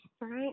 right